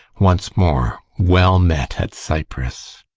once more well met at cyprus.